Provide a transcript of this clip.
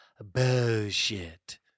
bullshit